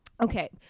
Okay